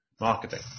marketing